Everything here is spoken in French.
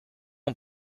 ont